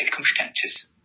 circumstances